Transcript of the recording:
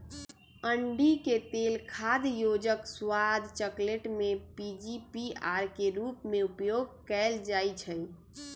अंडिके तेल खाद्य योजक, स्वाद, चकलेट में पीजीपीआर के रूप में उपयोग कएल जाइछइ